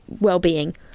well-being